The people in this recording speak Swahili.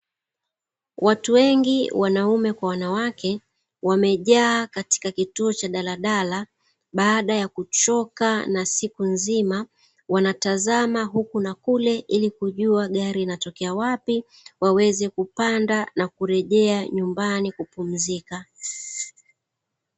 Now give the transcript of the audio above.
Watu wengi wanaume kwa wanawake wamejaa kituo cha daladala baada ya kuchoka na siku nzima, wanayazama huku na kule ilikujuwa gari linatikea wapi waweze kupanda ili waweze kurejea nyumbani kupumzika.